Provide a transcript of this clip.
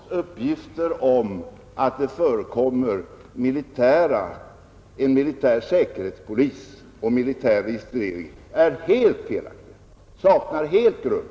Herr talman! Aftonbladets uppgifter om att det förekommer en militär säkerhetspolis och militär registrering är felaktiga och saknar grund.